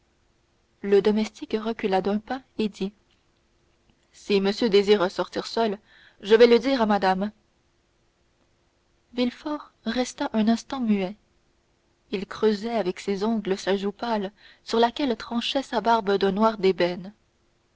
le domestique recula d'un pas et dit si monsieur désire sortir seul je vais le dire à madame villefort resta un instant muet il creusait avec ses ongles sa joue pâle sur laquelle tranchait sa barbe d'un noir d'ébène